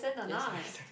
yes sorry sorry